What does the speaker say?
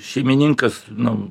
šeimininkas nu